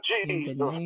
Jesus